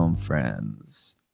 friends